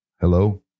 Hello